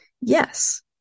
Yes